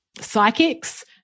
psychics